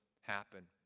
happen